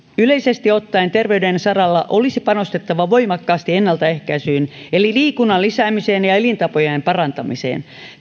yleisesti ottaen terveyden saralla olisi panostettava voimakkaasti ennaltaehkäisyyn eli liikunnan lisäämiseen ja ja elintapojen parantamiseen